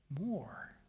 more